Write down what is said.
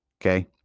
okay